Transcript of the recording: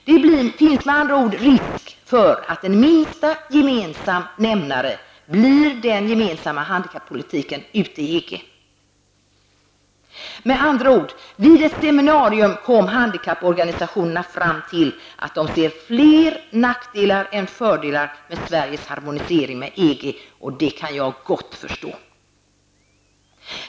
Det finns med andra ord risk för att en minsta gemensam nämnare blir den gemensamma handikappolitiken i EG. Vid ett seminarium kom handikapporganisationerna fram till att de ser fler nackdelar än fördelar med Sveriges harmonisering med EG. Det kan jag gott förstå.